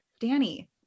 Danny